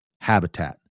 habitat